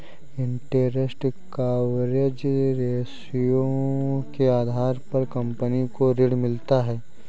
interest coverage ratio के आधार पर कंपनी को ऋण मिलता है